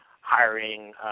hiring